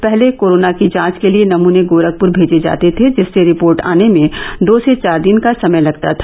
पहले कोरोना की जांच के लिए नमूने गोरखपूर मेंजे जाते थे जिससे रिपोर्ट आने में दो से चार दिन का समय लगता था